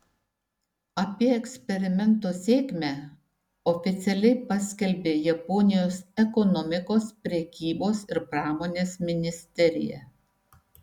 apie eksperimento sėkmę oficialiai paskelbė japonijos ekonomikos prekybos ir pramonės ministerija